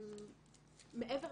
מעבר,